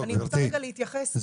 אני רוצה רגע להתייחס --- לא,